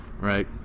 right